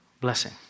Blessing